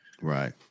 Right